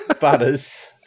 Butters